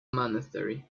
monastery